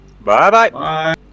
Bye-bye